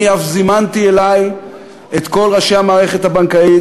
אני אף זימנתי אלי את כל ראשי המערכת הבנקאית,